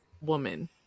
woman